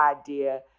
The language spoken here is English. idea